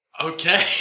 Okay